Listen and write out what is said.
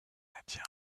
canadien